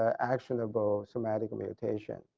actionable somatic mutation.